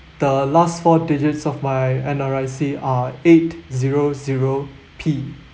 the last four digits of my N_R_I_C are eight zero zero P